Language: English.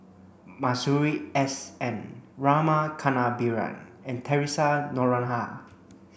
Masuri S N Rama Kannabiran and Theresa Noronha